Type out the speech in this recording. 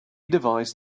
device